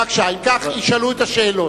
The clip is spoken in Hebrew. בבקשה, אם כך, ישאלו את השאלות.